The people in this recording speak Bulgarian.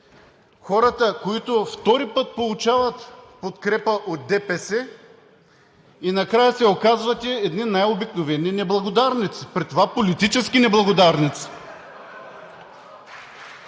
хората, които, втори път, получават подкрепа от ДПС и накрая се оказват едни най-обикновени неблагодарници, при това политически неблагодарници?